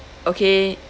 okay